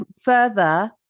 further